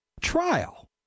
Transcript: Trial